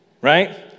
right